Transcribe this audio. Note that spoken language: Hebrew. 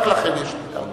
רק לכם יש שליטה.